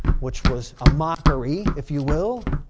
which was a mockery, if you will.